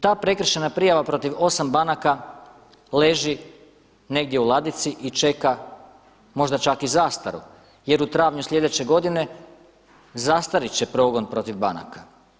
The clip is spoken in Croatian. Ta prekršajna prijava protiv 8 banaka leži negdje u ladici i čeka možda čak i zastaru jer u travnju slijedeće godine zastarit će progon protiv banaka.